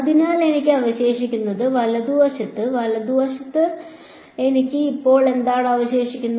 അതിനാൽ എനിക്ക് അവശേഷിക്കുന്നത് വലതുവശത്തും വലതുവശത്ത് എനിക്ക് ഇപ്പോൾ എന്താണ് അവശേഷിക്കുന്നത്